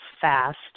fast